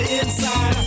inside